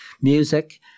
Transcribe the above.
music